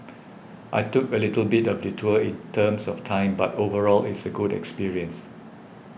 I took a little bit of detour in terms of time but overall it's a good experience